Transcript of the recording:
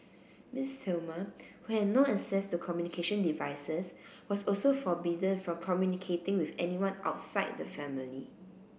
Miss Thelma who had no access to communication devices was also forbidden from communicating with anyone outside the family